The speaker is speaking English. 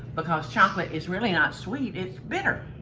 because chocolate is really not sweet. it's bitter.